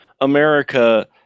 america